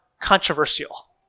controversial